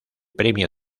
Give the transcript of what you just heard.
premio